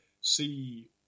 see